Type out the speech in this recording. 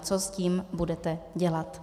Co s tím budete dělat?